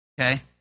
Okay